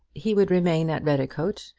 he would remain at redicote,